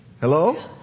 Hello